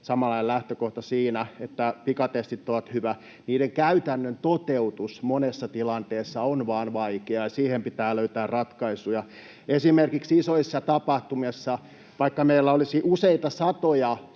samanlainen lähtökohta siinä, että pikatestit ovat hyviä. Niiden käytännön toteutus monessa tilanteessa vain on vaikeaa, ja siihen pitää löytää ratkaisuja. Esimerkiksi isoissa tapahtumissa, vaikka meillä olisi useita satoja